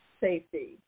safety